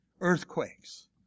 earthquakes